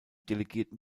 delegierten